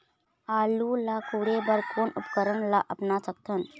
आलू ला कोड़े बर कोन उपकरण ला अपना सकथन?